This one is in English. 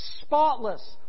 spotless